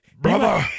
brother